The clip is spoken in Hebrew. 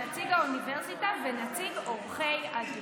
נציג האוניברסיטאות ונציג עורכי הדין.